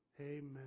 Amen